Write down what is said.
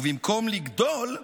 ובמקום לגדול,